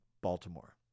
Baltimore